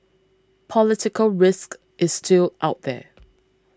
political risk is still out there